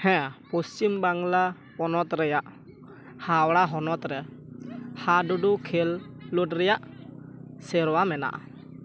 ᱦᱮᱸ ᱯᱚᱥᱪᱷᱤᱢᱵᱟᱝᱞᱟ ᱯᱚᱱᱚᱛ ᱨᱮᱭᱟᱜ ᱦᱟᱣᱲᱟ ᱦᱚᱱᱚᱛ ᱨᱮ ᱦᱟᱼᱰᱩᱼᱰᱩ ᱠᱷᱮᱞᱳᱰ ᱨᱮᱭᱟᱜ ᱥᱮᱨᱣᱟ ᱢᱮᱱᱟᱜᱼᱟ